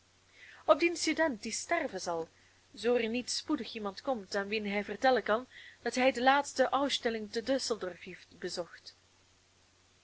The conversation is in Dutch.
op dien student die sterven zal zoo er niet spoedig iemand komt aan wien hij vertellen kan dat hij de laatste ausstellung te dusseldorf heeft bezocht